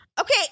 Okay